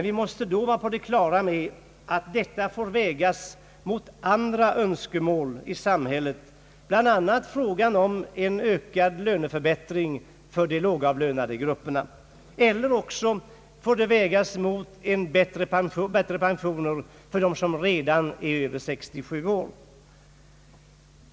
Vi måste då vara på det klara med att detta får vägas mot andra önskemål i samhället, bl.a. en löneförbättring för de lågavlönade grupperna, liksom även mot eventuellt bättre pensioner för dem som redan är över 67 år.